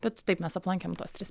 bet taip mes aplankėme tuos tris